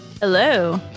Hello